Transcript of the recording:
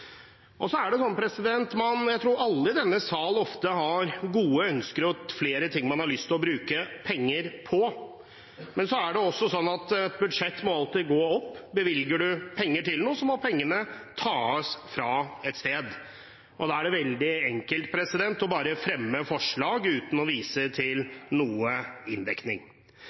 Jeg tror alle i denne sal ofte har gode ønsker og flere ting man har lyst til å bruke penger på, men et budsjett må alltid gå opp. Bevilger man penger til noe, må pengene tas fra et sted. Det er veldig enkelt bare å fremme forslag, uten å vise til noen inndekning.